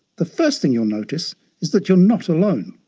the first thing you'll notice is that you're not alone.